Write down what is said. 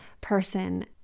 person